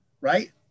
right